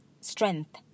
strength